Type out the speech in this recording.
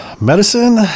Medicine